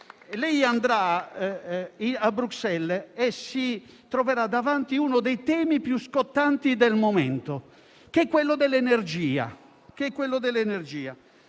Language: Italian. lei andrà a Bruxelles e si troverà davanti uno dei temi più scottanti del momento, che è quello dell'energia.